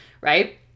right